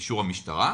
אישור המשטרה,